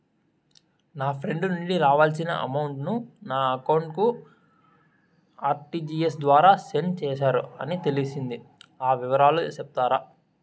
నా ఫ్రెండ్ నుండి రావాల్సిన అమౌంట్ ను నా అకౌంట్ కు ఆర్టిజియస్ ద్వారా సెండ్ చేశారు అని తెలిసింది, ఆ వివరాలు సెప్తారా?